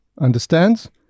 understands